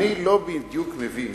אני לא בדיוק מבין